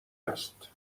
است